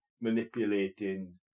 manipulating